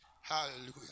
Hallelujah